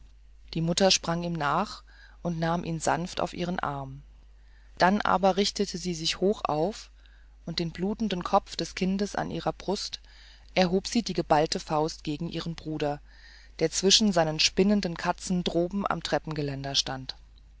die mutter sprang ihm nach und nahm ihn sanft auf ihren arm dann aber richtete sie sich hoch auf und den blutenden kopf des kindes an ihrer brust erhob sie die geballte faust gegen ihren bruder der zwischen seinen spinnenden katzen droben am treppengeländer stand